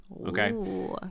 Okay